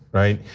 right?